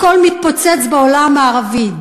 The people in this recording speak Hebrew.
הכול מתפוצץ בעולם הערבי,